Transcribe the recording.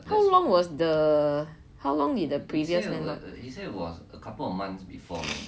how long was the how long did the previous landlord